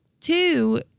Two